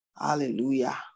Hallelujah